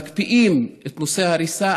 לא מקפיאים את ההריסה,